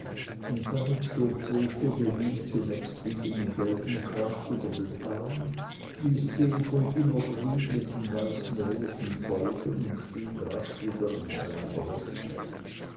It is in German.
und damit schob botho den ihm zunächst liegenden gelben kranz über den arm ließ den von immergrün mit den weißen rosen folgen und stieg rasch wieder in seine